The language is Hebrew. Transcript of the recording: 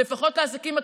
לפחות לעסקים הקטנים,